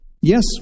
Yes